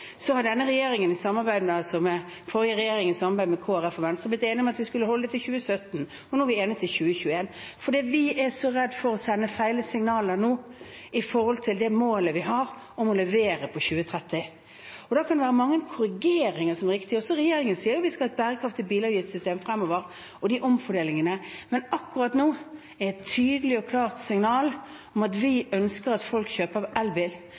Så ble regjeringen i forrige periode i samarbeid med Kristelig Folkeparti og Venstre enig om at vi skulle holde på det til 2017, og nå er vi enige frem til 2021, fordi vi er så redde for å sende feil signaler nå med tanke på målet vi har om å levere innen 2030. Da kan det være mange korrigeringer som er riktige. Regjeringen sier jo også at vi skal ha et bærekraftig bilavgiftssystem fremover – og de omfordelingene – men akkurat nå er det et tydelig og klart signal om at vi ønsker at folk kjøper elbil,